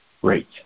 great